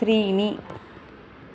त्रीणि